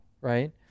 right